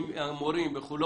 אם המורים בחולון